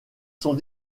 sont